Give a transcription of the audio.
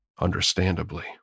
Understandably